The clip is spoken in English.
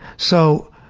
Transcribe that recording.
so